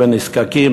בנזקקים,